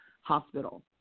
hospital